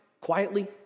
quietly